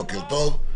בוקר טוב.